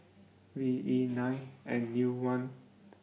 V E nine N U one